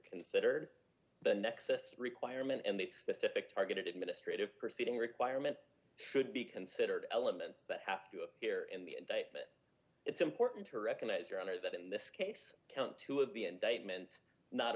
considered the nexus requirement and the specific targeted administrative proceeding requirement should be considered elements that have to appear in the it's important to recognize your honor that in this case count two of the indictment not